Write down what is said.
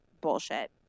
bullshit